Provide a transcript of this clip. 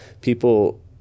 People